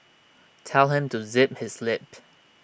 tell him to zip his lip